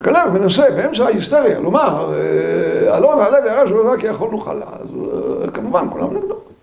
כלב מנסה באמצע ההיסטריה לומר, "עלה נעלה וירשנו אותה כי יכול נוכל לה", אז כמובן כולם נגדו.